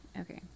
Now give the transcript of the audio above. Okay